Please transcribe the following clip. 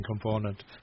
component